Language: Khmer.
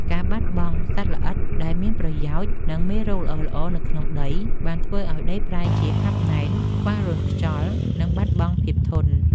ការបាត់បង់សត្វល្អិតដែលមានប្រយោជន៍ និងមេរោគល្អៗនៅក្នុងដី បានធ្វើឱ្យដីប្រែជាហាប់ណែន ខ្វះរន្ធខ្យល់ និងបាត់បង់ភាពធន់។